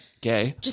Gay